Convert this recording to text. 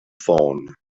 phone